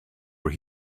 were